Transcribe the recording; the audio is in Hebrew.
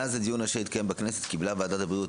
מאז הדיון שהתקיים בכנסת קיבלה ועדת הבריאות